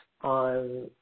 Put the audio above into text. on